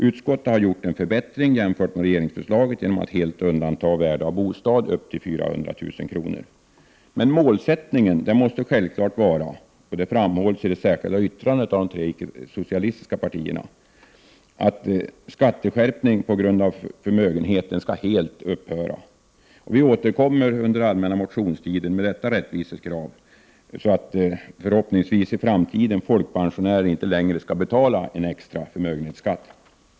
Utskottet har gjort en förbättring jämfört med regeringens förslag genom att helt undanta bostad upp till ett värde av 400 000 kr. Men målsättningen måste självfallet vara — det framhålls i det särskilda yttrandet av de tre icke-socialistiska partierna — att skattes 47 kärpning på grund av förmögenhet helt skall upphöra. Vi återkommer under allmänna motionstiden med detta rättvisekrav, så att folkpensionärer i framtiden förhoppningsvis inte längre skall betala en extra förmögenhetsskatt.